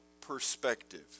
perspective